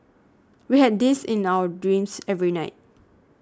we had this in our dreams every night